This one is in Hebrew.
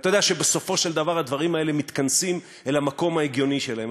אתה יודע שבסופו של דבר הדברים האלה מתכנסים למקום ההגיוני שלהם,